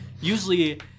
usually